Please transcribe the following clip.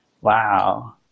Wow